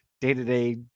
day-to-day